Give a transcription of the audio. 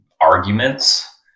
arguments